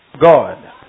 God